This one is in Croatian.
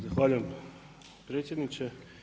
Zahvaljujem predsjedniče.